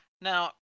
Now